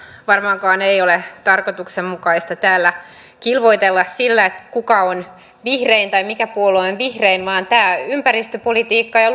varmaankaan ei ole tarkoituksenmukaista täällä kilvoitella sillä kuka on vihrein tai mikä puolue on vihrein vaan tämä ympäristöpolitiikka ja